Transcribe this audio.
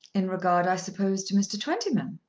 in regard, i suppose, to mr. twentyman?